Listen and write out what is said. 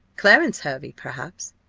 clarence hervey, perhaps?